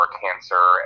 cancer